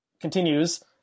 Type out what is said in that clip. continues